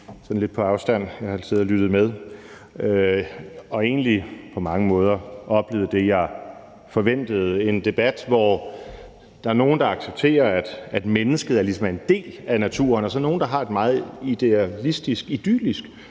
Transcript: med og egentlig på mange måder oplevet det, jeg forventede, nemlig en debat, hvor der er nogle, der accepterer, at mennesket ligesom er en del af naturen, og hvor der så er nogle, der har et meget idealistisk, idyllisk